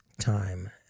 time